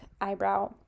eyebrow